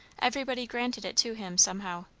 everybody granted it to him, somehow.